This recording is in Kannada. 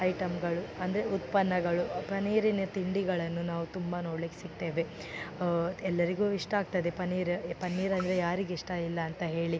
ಐಟಮ್ಗಳು ಅಂದರೆ ಉತ್ಪನ್ನಗಳು ಪನ್ನೀರಿನ ತಿಂಡಿಗಳನ್ನು ನಾವು ತುಂಬ ನೋಡ್ಲಿಕ್ಕೆ ಸಿಕ್ತೇವೆ ಎಲ್ಲರಿಗೂ ಇಷ್ಟ ಆಗ್ತದೆ ಪನ್ನೀರು ಪನ್ನೀರು ಅಂದರೆ ಯಾರಿಗೆ ಇಷ್ಟ ಇಲ್ಲ ಅಂತ ಹೇಳಿ